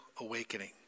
awakening